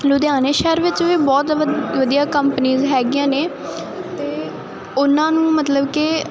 ਲੁਧਿਆਣੇ ਸ਼ਹਿਰ ਵਿੱਚ ਵੀ ਬਹੁਤ ਵ ਵਧੀਆ ਕੰਪਨੀਜ਼ ਹੈਗੀਆਂ ਨੇ ਅਤੇ ਉਹਨਾਂ ਨੂੰ ਮਤਲਬ ਕਿ